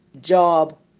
job